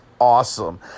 awesome